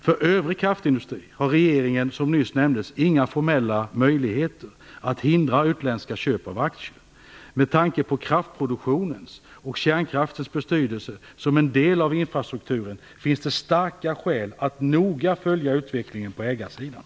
För övrig kraftindustri har regeringen, som nyss nämndes, inga formella möjligheter att hindra utländska köp av aktier. Med tanke på kraftproduktionens och kärnkraftens betydelse som en del av infrastrukturen finns det starka skäl att noga följa utvecklingen på ägarsidan.